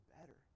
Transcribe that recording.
better